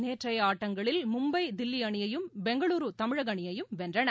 நேற்றைய ஆட்டங்களில் மும்பை தில்லி அணியையும் பெங்களுரு தமிழக அணியையும் வென்றன